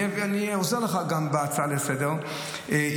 אני עוזר לך גם בהצעה לסדר-היום.